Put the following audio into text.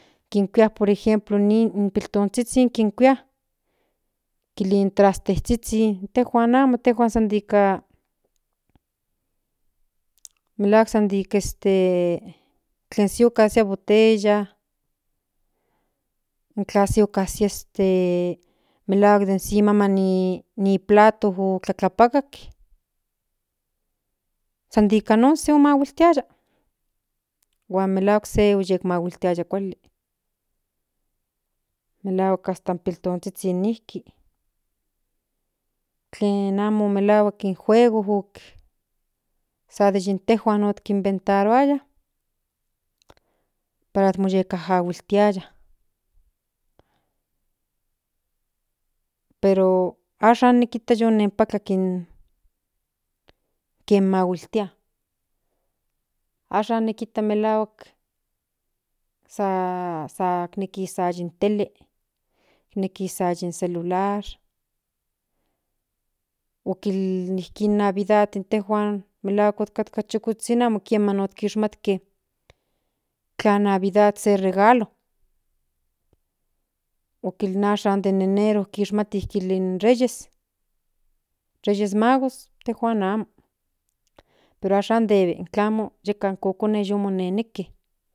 Kinpia ieste in piltonzhizhin mokinhuia kil in traste zhizhin perdón intejuan amo itejuan ikn in melahuk san di este seokasia boteya okasia den se melahuak se plato den no maman oklaklapaka san dikanon se omahuitiaya huan melahuak se omahiltiaya kuali kin amo melahuak in juego ok san yi nintejuan ikenventaruaya para moyakajualhuiltiaya pero ashan nikinta tonenpaka in kiema mahuiltia ashan neki kita melahuak san neki san in tele nejki san in celular okin in navidad intejuan malahuak otkatka chukozhizhin amo kiema okishmake kana navidad se regala akin ashan den enro kishmati kilin in reyes magos tejuan amo pero ashan debe klamo yeka in kokone yu neneque.